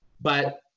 But-